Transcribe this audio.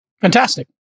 Fantastic